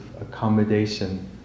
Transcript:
accommodation